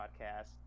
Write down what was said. podcast